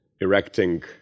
erecting